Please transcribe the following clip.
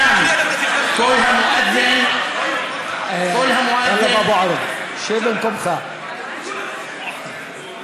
מכל עסקיו ועיסוקיו הרבים והתעסק ביישוב ג'ת.